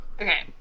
Okay